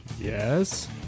Yes